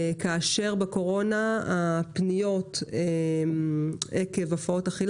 כאשר בקורונה הפניות עקב הפרעות אכילה